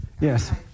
Yes